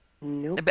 No